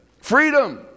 Freedom